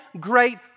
great